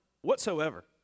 whatsoever